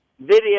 Video